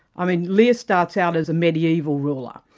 i mean lear starts out as a mediaeval ruler,